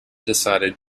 decided